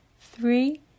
three